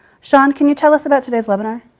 sean, can you tell us about today's webinar?